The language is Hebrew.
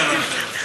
עליו השלום.